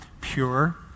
pure